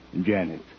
Janet